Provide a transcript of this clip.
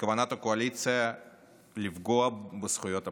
מכוונת הקואליציה לפגוע בזכויות הפרט.